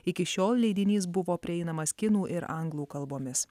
iki šiol leidinys buvo prieinamas kinų ir anglų kalbomis